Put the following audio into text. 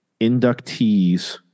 Inductees